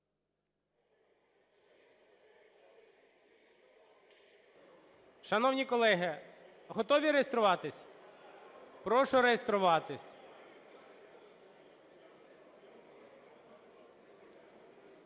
Шановні колеги, готові реєструватись? Прошу реєструватись.